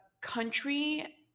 country